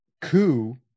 coup